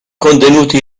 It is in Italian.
contenuto